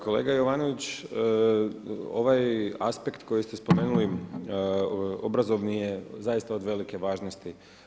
Kolega Jovanović, ovaj aspekt koji ste spomenuli obrazovni je zaista od velike važnosti.